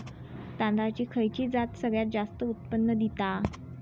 तांदळाची खयची जात सगळयात जास्त उत्पन्न दिता?